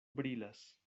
brilas